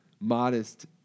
modest